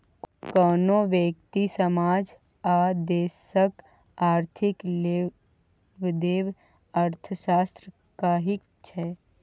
कोनो ब्यक्ति, समाज आ देशक आर्थिक लेबदेब अर्थशास्त्र कहाइ छै